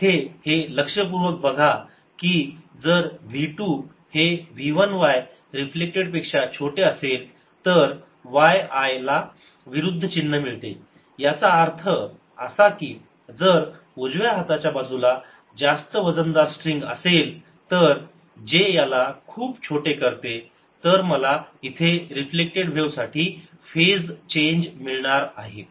येथे हे लक्षपूर्वक बघा की जर v 2 हे v 1 y रिफ्लेक्टेड पेक्षा छोटे असेल तर yi ला विरुद्ध चिन्ह मिळते याचा अर्थ असा की जर उजव्या हाताच्या बाजूला जास्त वजनदार स्ट्रिंग असेल तर जे याला खूप छोटे करते तर मला इथे रिफ्लेक्टेड व्हेव साठी फेज चेंज मिळणार आहे